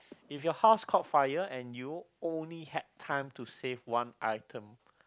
if your house caught fire and you only had time to save one item